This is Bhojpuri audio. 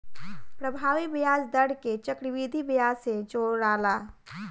प्रभावी ब्याज दर के चक्रविधि ब्याज से जोराला